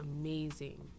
amazing